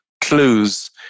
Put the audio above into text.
clues